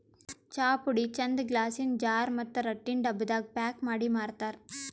ಚಾಪುಡಿ ಚಂದ್ ಗ್ಲಾಸಿನ್ ಜಾರ್ ಮತ್ತ್ ರಟ್ಟಿನ್ ಡಬ್ಬಾದಾಗ್ ಪ್ಯಾಕ್ ಮಾಡಿ ಮಾರ್ತರ್